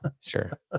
sure